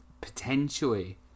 potentially